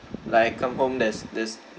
like I come home there's there's